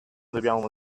dobbiamo